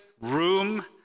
room